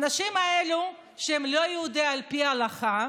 האנשים האלה, שהם לא יהודים על פי ההלכה,